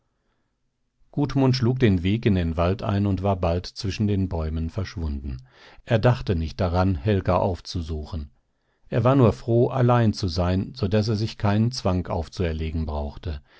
er gudmund schlug den weg in den wald ein und war bald zwischen den bäumen verschwunden er dachte nicht daran helga aufzusuchen er war nur froh allein zu sein so daß er sich keinen zwang aufzuerlegen brauchte